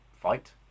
fight